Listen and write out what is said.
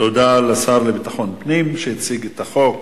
תודה לשר לביטחון פנים, שהציג את החוק